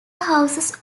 houses